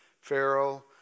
Pharaoh